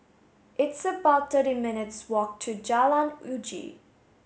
it's about thirty minutes' walk to Jalan Uji